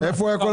42